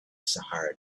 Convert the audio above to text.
sahara